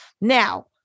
Now